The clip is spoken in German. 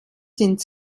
sind